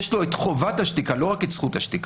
יש לו את חובת השתיקה ולא רק את זכות השתיקה.